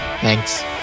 Thanks